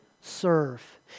serve